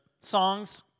songs